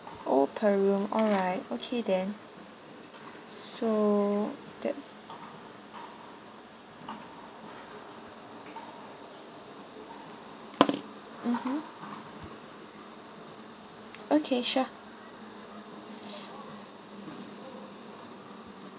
oh per room alright okay then so that mmhmm okay sure